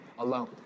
Alone